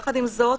יחד עם זאת,